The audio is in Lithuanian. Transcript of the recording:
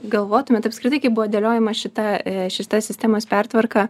galvotumėt apskritai kaip buvo dėliojama šita šita sistemos pertvarka